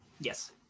Yes